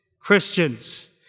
Christians